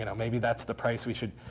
you know maybe that's the price we should.